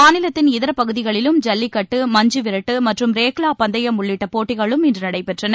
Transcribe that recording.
மாநிலத்தின் இதர பகுதிகளிலும் ஐல்லிக்கட்டு மஞ்சுவிரட்டு மற்றும் ரேக்ளா பந்தையம் உள்ளிட்ட போட்டிகளும் இன்று நடைபெற்றன